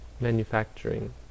manufacturing